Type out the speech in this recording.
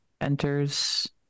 enters